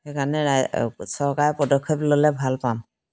সেইকাৰণে ৰাই চৰকাৰে পদক্ষেপ ল'লে ভাল পাম